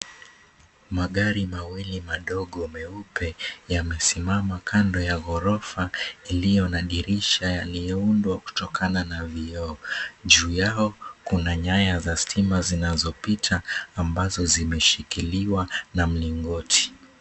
Magari mawili madogo meupe yamesimama kando ya ghorofa iliyo na dirisha yaliyoundwa kutokana na vioo. Juu yao, kuna nyaya za stima zinazopita ambazo zimeshikiliwa na mlingoti.